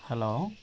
hello